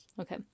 Okay